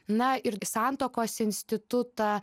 na irgi santuokos institutą